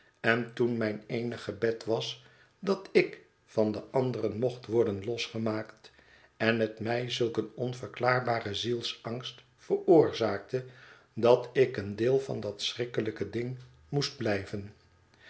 en toen mijn eenig gebed was dat ik van de anderen mocht worden losgemaakt en het mij zulk een onverklaarbaren zielsangst veroorzaakte dat ik een deel van dat schrikkelijke ding moest blijven